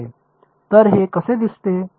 तर हे कसे दिसते